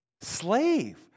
slave